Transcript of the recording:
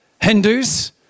Hindus